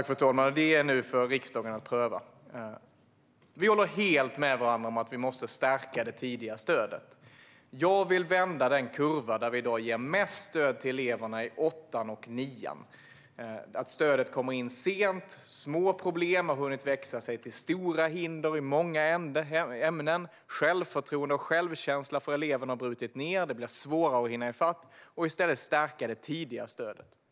Fru talman! Det återstår nu för riksdagen att pröva. Vi håller helt med varandra om att vi måste stärka det tidiga stödet. Jag vill vända den kurva där vi i dag ger mest stöd till eleverna i åttan och nian - där stödet kommer in sent, när små problem har hunnit växa sig till stora hinder i många ämnen, när självförtroende och självkänsla hos eleverna har brutits ned och när det blir svårare att hinna ifatt. I stället vill jag stärka det tidiga stödet.